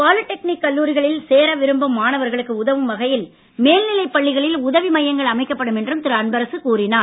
polytechnic கல்லூரிகளில் சேர விரும்பும் மாணவர்களுக்கு உதவும் வகையில் மேல்நிலைப் பள்ளிகளில் உதவி மையங்கள் அமைக்கப்படும் என்றும் திரு அன்பரசு கூறினார்